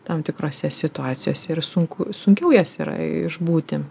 tam tikrose situacijose ir sunku sunkiau jas yra išbūti